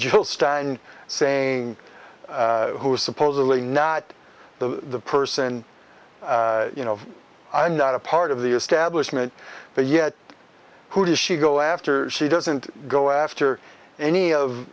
l stein saying who is supposedly not the person you know i'm not a part of the establishment but yet who does she go after she doesn't go after any of